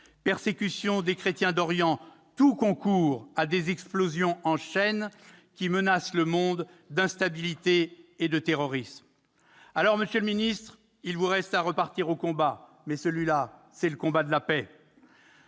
persécutions des chrétiens d'Orient : tout concourt à des explosions en chaîne qui menacent le monde entier d'instabilité et de terrorisme. Dans ces conditions, monsieur le ministre, il vous reste à repartir au combat ; mais ce combat, c'est celui de la paix.